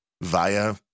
via